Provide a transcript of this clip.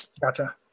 gotcha